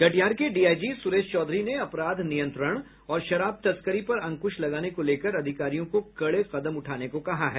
कटिहार के डीआईजी सुरेश चौधरी ने अपराध नियंत्रण और शराब तस्करी पर अंकुश लगाने को लेकर अधिकारियों को कड़े कदम उठाने को कहा है